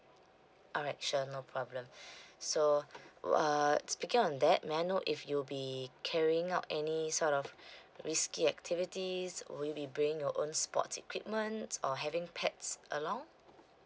alright sure no problem so uh speaking on that may I know if you'll be carrying out any sort of risky activities would you be bringing your own sports equipment or having pets along